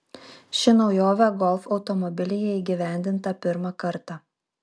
ši naujovė golf automobilyje įgyvendinta pirmą kartą